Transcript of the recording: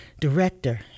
director